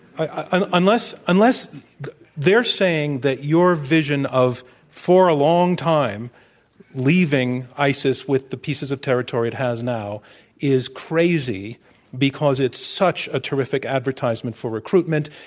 unless unless they're saying that your vision of for a long time leaving isis with the pieces of territory it has now is crazy because it's such a terrific advertisement for recruitment.